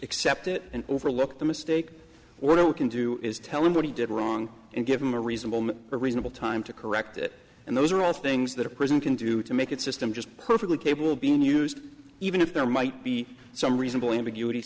accept it and overlook the mistake or we can do is tell him what he did wrong and give him a reasonable a reasonable time to correct it and those are all things that a person can do to make it system just perfectly capable of being used even if there might be some reasonable ambiguity